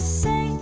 say